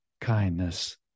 kindness